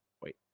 wait